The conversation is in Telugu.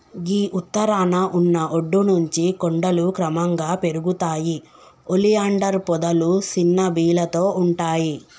గీ ఉత్తరాన ఉన్న ఒడ్డు నుంచి కొండలు క్రమంగా పెరుగుతాయి ఒలియాండర్ పొదలు సిన్న బీలతో ఉంటాయి